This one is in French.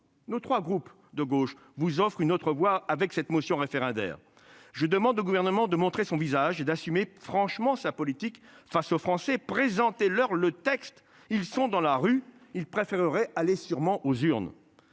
nous trois groupes de gauche vous offre une autre voie avec cette motion référendaire. Je demande au gouvernement de montrer son visage et d'assumer franchement sa politique face aux Français présenté leur le texte. Ils sont dans la rue, ils préféreraient aller sûrement aux urnes.